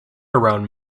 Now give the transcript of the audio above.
around